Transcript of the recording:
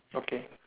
okay